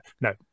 no